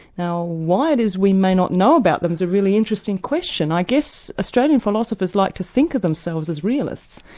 now why it is we may not know about them is a really interesting question. i guess australian philosophers like to think of themselves as realists,